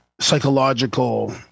psychological